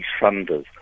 funders